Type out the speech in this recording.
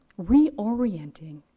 reorienting